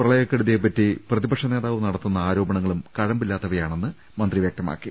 പ്രളയക്കെടുതിയെപ്പറ്റി പ്രതിപക്ഷനേതാവ് നടത്തുന്ന് ആരോപണങ്ങളും കഴമ്പില്ലാത്തവയാണെന്ന് മന്ത്രി വൃക്തമാക്കി